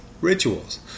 Rituals